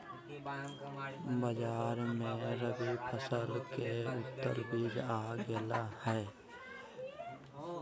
बाजार मे रबी फसल के उन्नत बीज आ गेलय हें